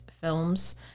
films